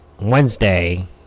Wednesday